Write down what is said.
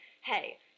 hey